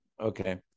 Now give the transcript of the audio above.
okay